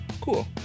Cool